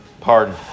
pardon